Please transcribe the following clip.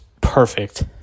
perfect